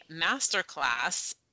masterclass